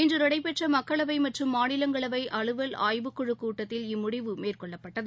இன்று நடைபெற்ற மக்களவை மற்றும் மாநிலங்களவை அலுவல் ஆய்வுக்குழு கூட்டத்தில் இம்முடிவு மேற்கொள்ளப்பட்டது